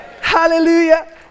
Hallelujah